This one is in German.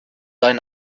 einen